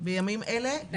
בימים אלה.